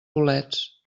bolets